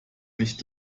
nicht